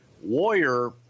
Warrior